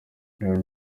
byari